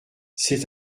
c’est